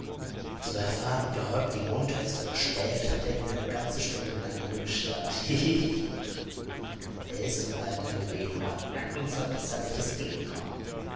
und will um zu erfahren ob der häuptling munter ist oder schläft hat er ihn eine ganze stunde lang angestarrt hihihihi er ist und bleibt ein greenhorn ein unverbesserliches greenhorn